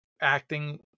acting